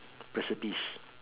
recipes